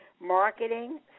marketing